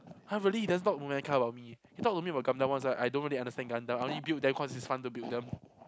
!huh! really he doesn't talk mecha about me he talk to me about Gundam once like I don't really understand Gundam I only build them cause it's fun to build them